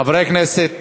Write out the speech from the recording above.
חברי הכנסת,